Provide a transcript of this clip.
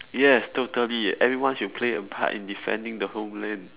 yes totally everyone should play a part in defending the homeland